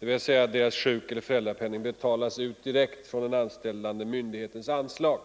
dvs. deras sjukeller föräldrapenning betalas ut direkt från den anställande myndighetens anslag.